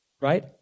right